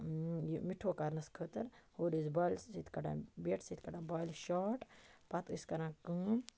یہِ مِٹھوٗ کَرنَس خٲطر ہورٕ ٲسۍ بالہِ سۭتۍ کَڈان بیٹہٕ سۭتۍ کَڈان بالہِ شاٹ پَتہٕ ٲسۍ کَران کٲم